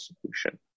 solution